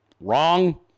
Wrong